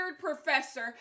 professor